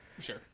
Sure